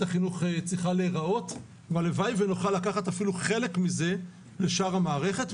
החינוך צריכה להיראות והלוואי שנוכל לקחת אפילו חלק מזה לשאר המערכת.